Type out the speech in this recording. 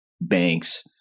banks